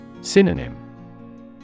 Synonym